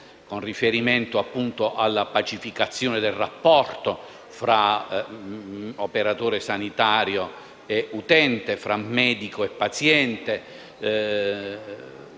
con riferimento alla pacificazione del rapporto tra operatore sanitario e utente e tra medico e paziente,